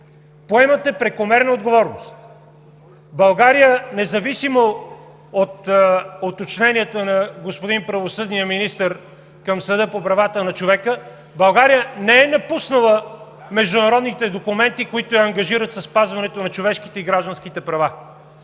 Поемате прекомерна отговорност! България, независимо от уточненията на господин правосъдния министър към Съда по правата на човека, не е напуснала международните документи, които я ангажират със спазването на човешките и гражданските права.